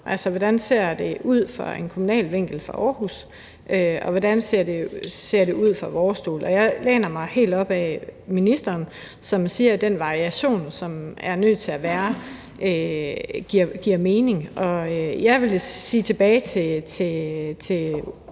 altså, hvordan det ser ud fra en kommunal vinkel fra Aarhus, og hvordan det ser ud fra vores stol. Jeg læner mig helt op ad ministeren, som siger, at den variation, som der er nødt til at være der, giver mening. Jeg vil sige tilbage til